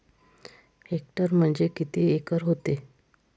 Hectare म्हणजे किती acre व्हते?